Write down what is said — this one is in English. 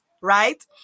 right